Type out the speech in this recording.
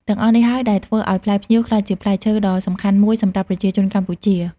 ទាំងអស់នេះហើយដែលធ្វើឱ្យផ្លែផ្ញៀវក្លាយជាផ្លែឈើដ៏សំខាន់មួយសម្រាប់ប្រជាជនកម្ពុជា។